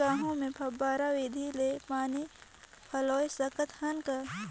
गहूं मे फव्वारा विधि ले पानी पलोय सकत हन का?